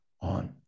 on